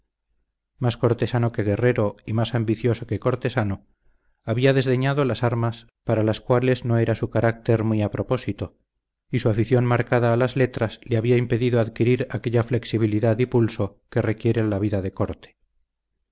más cortesano que guerrero y más ambicioso que cortesano había desdeñado las armas para las cuales no era su carácter muy a propósito y su afición marcada a las letras le había impedido adquirir aquella flexibilidad y pulso que requiere la vida de corte